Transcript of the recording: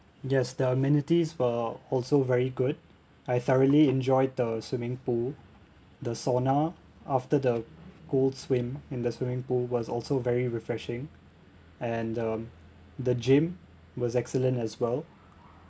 yes the amenities were also very good I thoroughly enjoyed the swimming pool the sauna after the cold swim in the swimming pool was also very refreshing and um the gym was excellent as well